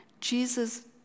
Jesus